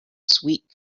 sweet